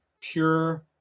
pure